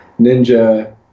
Ninja